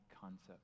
concept